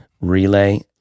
Relay